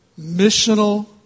missional